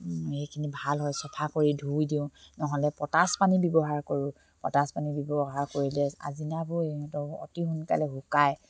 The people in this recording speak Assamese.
সেইখিনি ভাল হয় চফা কৰি ধুই দিওঁ নহ'লে পটাচ পানী ব্যৱহাৰ কৰোঁ পটাচ পানী ব্যৱহাৰ কৰিলে আজিনাবোৰ সিহঁতৰ অতি সোনকালে শুকায়